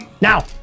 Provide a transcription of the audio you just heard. Now